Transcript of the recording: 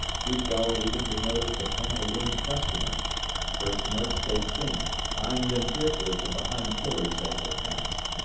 too dulled even to notice the pantalooned customer first merts they'd seen eyeing them fearfully from behind pillars as they passed.